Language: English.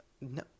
no